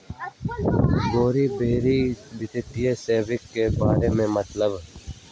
गैर बैंकिंग वित्तीय सेवाए के बारे का मतलब?